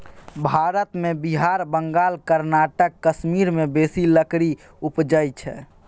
भारत मे बिहार, बंगाल, कर्नाटक, कश्मीर मे बेसी लकड़ी उपजइ छै